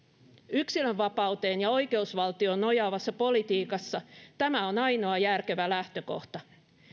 yksilönvapauteen ja oikeusvaltioon nojaavassa politiikassa tämä on ainoa järkevä lähtökohta